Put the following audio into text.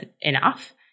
enough